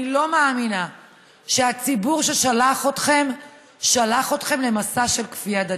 אני לא מאמינה שהציבור ששלח אתכם שלח אתכם למסע של כפייה דתית.